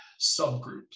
subgroups